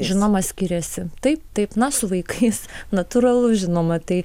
žinoma skiriasi taip taip na su vaikais natūralu žinoma tai